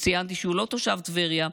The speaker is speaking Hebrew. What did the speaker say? ציינתי שהוא לא תושב טבריה,